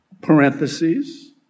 Parentheses